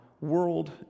world